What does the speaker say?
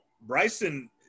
Bryson